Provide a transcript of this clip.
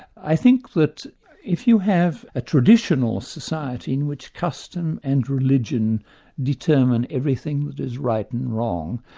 i think that if you have a traditional society in which custom and religion determine everything that is right and wrong,